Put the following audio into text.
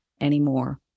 anymore